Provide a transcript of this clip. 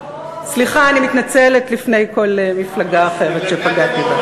סליחה, אני מתנצלת בפני כל מפלגה אחרת שפגעתי בה.